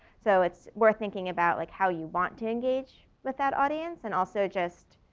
so it's worth thinking about, like how you want to engage with that audience and also just,